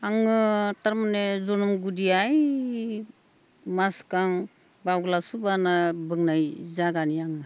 आङो थारमाने जनम' गुदि ओइ मासगां बावग्लासुबा होनना बुंनाय जागानि आङो